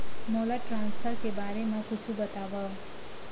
मोला ट्रान्सफर के बारे मा कुछु बतावव?